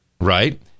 right